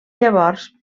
llavors